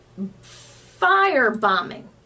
firebombing